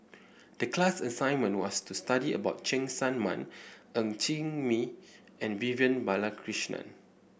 the class assignment was to study about Cheng Tsang Man Ng Chee Meng and Vivian Balakrishnan